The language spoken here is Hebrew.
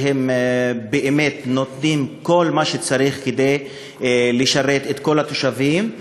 שהם באמת נותנים כל מה שצריך כדי לשרת את כל התושבים,